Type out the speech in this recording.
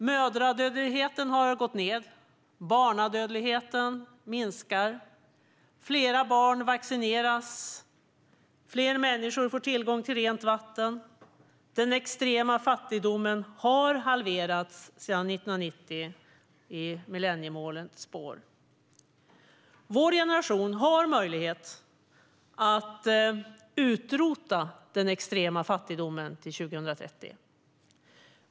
Mödradödligheten har gått ned. Barnadödligheten minskar. Fler barn vaccineras. Fler människor får tillgång till rent vatten. Den extrema fattigdomen har halverats sedan 1990, i millenniemålens spår. Vår generation har möjlighet att utrota den extrema fattigdomen till 2030.